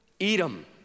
Edom